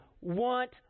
want